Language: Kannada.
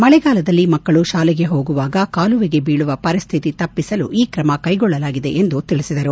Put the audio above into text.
ಮಕೆಗಾಲದಲ್ಲಿ ಮಕ್ಕಳು ಶಾಲೆಗೆ ಹೋಗುವಾಗ ಕಾಲುವೆಗೆ ಬೀಳುವ ಪರಿಸ್ತಿತಿ ತಪ್ಪಿಸಲು ಈ ಕ್ರಮ ಕ್ಲೆಗೊಳ್ಳಲಾಗಿದೆ ಎಂದು ಅವರು ತಿಳಿಸಿದರು